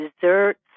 desserts